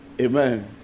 Amen